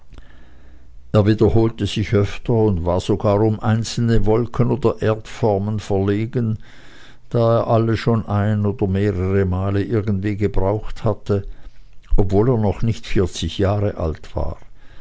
er wiederholte sich öfter und war sogar um einzelne wolken oder erdformen verlegen da er alle schon ein oder mehrere male irgendwie gebraucht hatte obschon er noch nicht vierzig jahre alt war